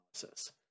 analysis